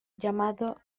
llamado